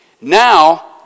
Now